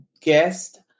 guest